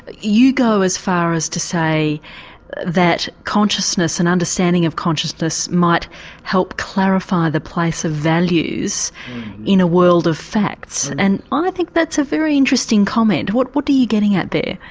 ah you go as far as to say that consciousness and understanding of consciousness might help clarify the place of values in a world of facts, and i think that's a very interesting comment. what what are you getting at there?